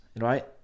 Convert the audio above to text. right